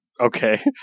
okay